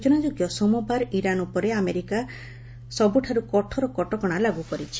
ସ୍ୱଚନାଯୋଗ୍ୟ ସୋମବାର ଇରାନ୍ ଉପରେ ଆମେରିକା ସବୁଠାରୁ କଠୋର କଟକଣା ଲାଗୁ କରିଛି